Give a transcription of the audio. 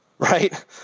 Right